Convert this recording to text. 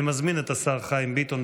אני מזמין את השר חיים ביטון,